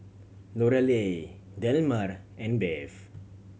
Lorelei Delmer and Bev